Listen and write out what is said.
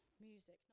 music